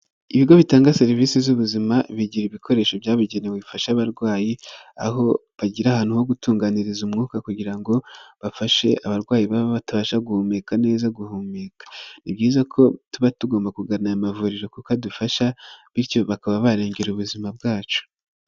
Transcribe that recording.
Ibigo bitanga serivisi z'ubuzima bigira ibikoresho byabugenewe bifasha abarwayi, aho bagira ahantu ho gutunganyiriza umwuka kugira ngo bafashe abarwayi batabasha guhumeka neza guhumeka, ni byiza ko tuba tugomba kugana aya mavuriro kuko adufasha, bityo bakaba barengera ubuzima bwacu.